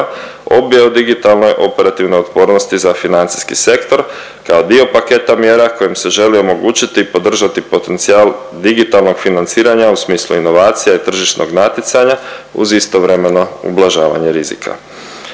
obje o digitalnoj operativnoj otpornosti za financijski sektor kao dio paketa mjera kojim se želi omogućiti i podržati potencijal digitalnog financiranja u smislu inovacija i tržišnog natjecanja uz istovremeno ublažavanje rizika.